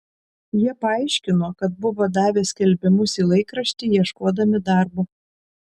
jie paaiškino kad buvo davę skelbimus į laikraštį ieškodami darbo